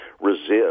resist